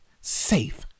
safe